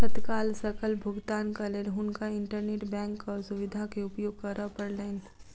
तत्काल सकल भुगतानक लेल हुनका इंटरनेट बैंकक सुविधा के उपयोग करअ पड़लैन